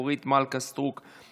אורית מלכה סטרוק,